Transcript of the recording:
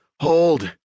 Hold